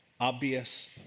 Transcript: obvious